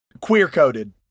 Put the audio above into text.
queer-coded